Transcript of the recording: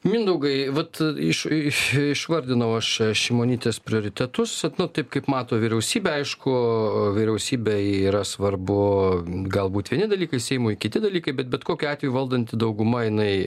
mindaugai vat iš išvardinau aš šimonytės prioritetus vat nut taip kaip mato vyriausybę aišku vyriausybei yra svarbu galbūt vieni dalykai seimui kiti dalykai bet bet kokiu atveju valdanti dauguma jinai